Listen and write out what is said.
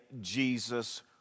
Jesus